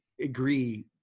agree